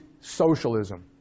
socialism